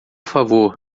favor